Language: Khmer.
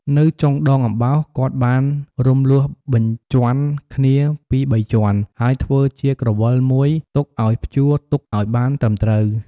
នៅចុងដងអំបោស គាត់បានរំលួសបញ្ជាន់គ្នាពីរបីជាន់ ហើយធ្វើជាក្រវិលមួយទុកឲ្យព្យួរទុកអោយបានត្រឹមត្រូវ។